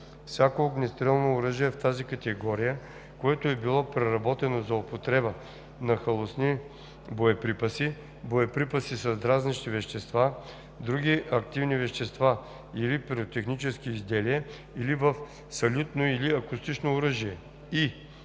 всяко огнестрелно оръжие в тази категория, което е било преработено за употреба на халосни боеприпаси, боеприпаси с дразнещи вещества, други активни вещества или пиротехнически изделия, или в салютно или акустично оръжие;